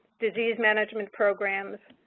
disease management programs,